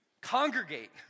congregate